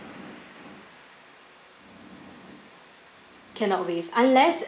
cannot waive unless